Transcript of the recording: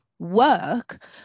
work